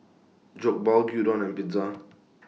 Jokbal Gyudon and Pizza